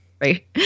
right